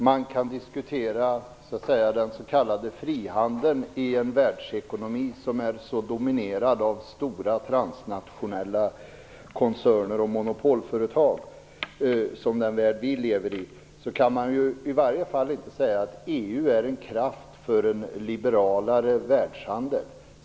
Fru talman! Även om man kan diskutera den s.k. frihandeln i en världsekonomi som är så dominerad av stora transnationella koncerner och monopolföretag, som den värld vi lever i, kan man i varje fall inte säga att EU är en kraft för en liberalare världshandel.